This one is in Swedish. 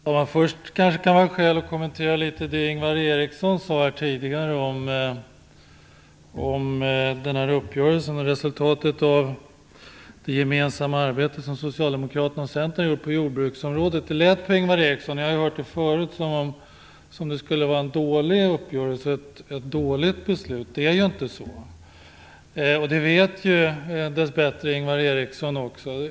Herr talman! Först kan det finnas skäl att litet grand kommentera det som Ingvar Eriksson tidigare sade om uppgörelsen och om resultatet av socialdemokraternas och centerns gemensamma arbete på jordbruksområdet. Det lät på Ingvar Eriksson - och jag har hört det förut - som om det skulle vara en dålig uppgörelse och ett dåligt beslut. Det är ju inte så, och det vet dess bättre Ingvar Eriksson också.